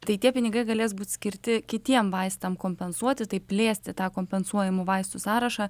tai tie pinigai galės būti skirti kitiem vaistam kompensuoti tai plėsti tą kompensuojamų vaistų sąrašą